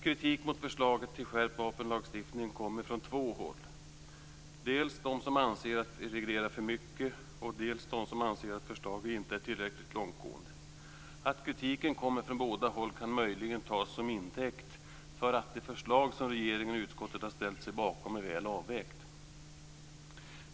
Kritiken mot förslaget till skärpt vapenlagstiftning kommer från två håll - dels från dem som anser att vi reglerar för mycket, dels från dem som anser att förslaget inte är tillräckligt långtgående. Att kritiken kommer från båda hållen kan möjligen tas till intäkt för att det förslag som regeringen och utskottet ställt sig bakom är väl avvägt.